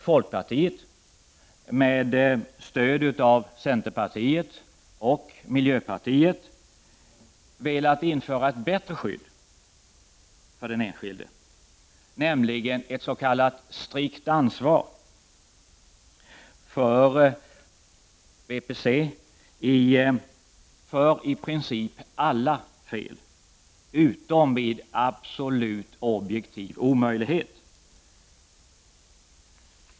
Folkpartiet har med stöd av centerpartiet och miljöpartiet velat införa ett bättre skydd för den enskilde, nämligen ett s.k. strikt ansvar för Värdepapperscentralen för i princip alla fel, utom vid absolut objektiv omöjlighet.